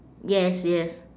yes yes